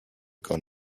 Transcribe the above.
gun